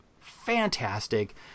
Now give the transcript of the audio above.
fantastic